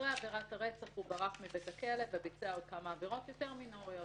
אחרי עבירת הרצח הוא ברח מבית הכלא וביצע עוד כמה עבירות יותר מינוריות,